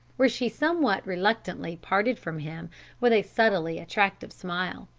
where she somewhat reluctantly parted from him with a subtly attractive smile.